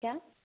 क्या